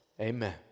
Amen